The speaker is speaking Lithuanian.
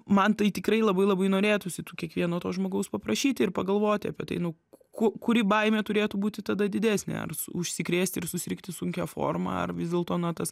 man tai tikrai labai labai norėtųsi tų kiekvieno to žmogaus paprašyti ir pagalvoti apie tai nu ku kuri baimė turėtų būti tada didesnė ar užsikrėsti ir susirgti sunkia forma ar vis dėlto na tas